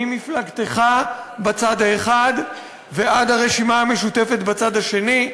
ממפלגתך בצד האחד ועד הרשימה המשותפת בצד השני,